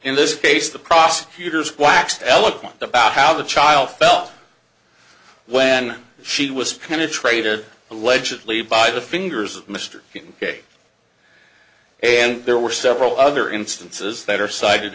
in this case the prosecutors waxed eloquent about how the child felt when she was kind of traded allegedly by the fingers of mr kay and there were several other instances that are cited